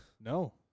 No